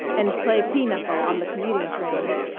and play pinochle on the commuting trains.